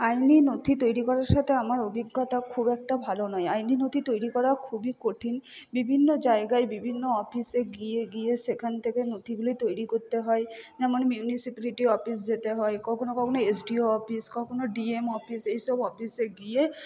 আইনি নথি তৈরি করার সাথে আমার অভিজ্ঞতা খুব একটা ভালো নয় আইনি নথি তৈরি করা খুবই কঠিন বিভিন্ন জায়গায় বিভিন্ন অফিসে গিয়ে গিয়ে সেখান থেকে নথিগুলি তৈরি করতে হয় যেমন মিউনিসিপ্যালিটি অফিস যেতে হয় কখনো কখনো এস ডি ও অফিস কখনো ডি এম অফিস এই সব অফিসে গিয়ে